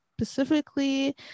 specifically